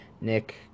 Nick